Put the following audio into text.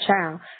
child